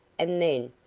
and then,